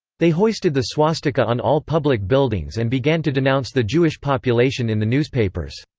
they hoisted the swastika on all public buildings and began to denounce the jewish population in the newspapers.